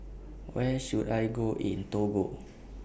Where should I Go in Togo